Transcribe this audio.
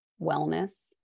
wellness